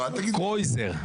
קרויזר.